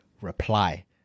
Reply